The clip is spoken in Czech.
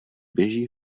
běží